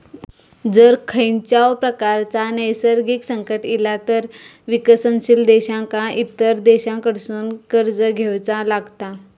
जर खंयच्याव प्रकारचा नैसर्गिक संकट इला तर विकसनशील देशांका इतर देशांकडसून कर्ज घेवचा लागता